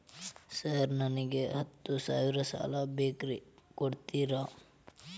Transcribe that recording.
Sir ನನಗ ಹತ್ತು ಸಾವಿರ ಸಾಲ ಬೇಕ್ರಿ ಕೊಡುತ್ತೇರಾ?